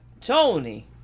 Tony